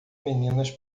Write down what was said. meninas